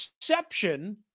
exception